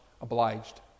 obliged